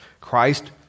Christ